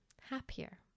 happier